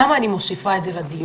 למה אני מוסיפה את זה לדיון?